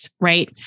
right